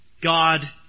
God